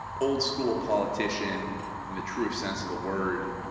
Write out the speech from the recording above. old school politician in the truest sense of the word,